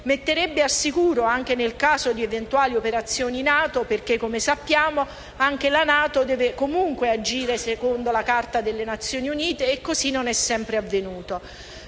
metterebbe al sicuro anche nel caso di eventuali operazioni NATO, perché - come sappiamo - anche la NATO deve comunque agire secondo la Carta delle Nazioni Unite e così non è sempre avvenuto.